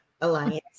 Alliance